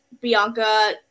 Bianca